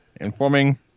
informing